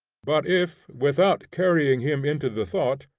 but if, without carrying him into the thought,